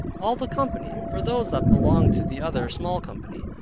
all the company, for those that belonged to the other small company,